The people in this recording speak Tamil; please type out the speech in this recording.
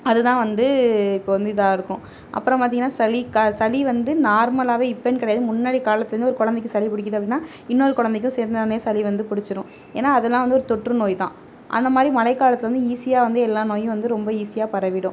அதுதான் வந்து இப்போ வந்து இதாக இருக்கும் அப்புறம் பார்த்தீங்கன்னா சளி சளி வந்து நார்மலாகவே இப்போன்னு கிடையாது முன்னாடி காலத்துலர்ந்து ஒரு குழந்தைக்கு சளி பிடிக்குது அப்படின்னா இன்னொரு குழந்தைக்கும் சேர்ந்தோன்னே சளி வந்து பிடிச்சிடும் ஏன்னா அதெல்லாம் வந்து ஒரு தொற்று நோய் தான் அந்தமாதிரி வந்து மழைக்காலத்தில் வந்து ஈஸியாக வந்து எல்லா நோயும் வந்து ரொம்ப ஈஸியாக பரவிவிடும்